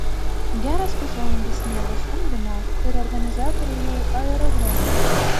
geras pusvalandis sniego stumdymo ir organizatoriai jau aerodrome